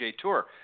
Tour